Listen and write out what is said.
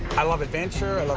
i love adventure.